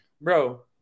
bro